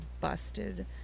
busted